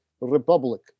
Republic